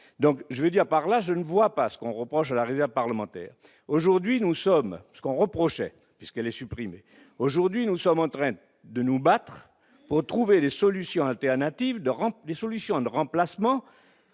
donc je veux dire par là, je ne vois pas ce qu'on reproche à la réserve parlementaire, aujourd'hui nous sommes ce qu'on reprochait puisqu'elle est supprimée, aujourd'hui nous sommes en train de nous battre pour trouver des solutions alternatives de remplir, solution de remplacement